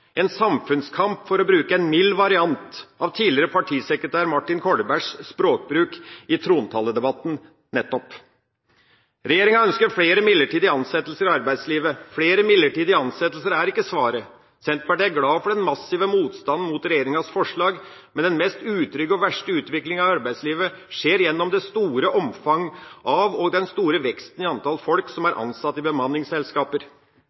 en samfunnskamp, for å bruke en mild variant av tidligere partisekretær Martin Kolbergs språkbruk i trontaledebatten nettopp. Regjeringa ønsker flere midlertidige ansettelser i arbeidslivet. Flere midlertidige ansettelser er ikke svaret. Senterpartiet er glad for den massive motstanden mot regjeringas forslag, men den mest utrygge og verste utviklinga i arbeidslivet skjer gjennom det store omfang av og den store veksten i antall folk som